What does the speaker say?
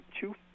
Two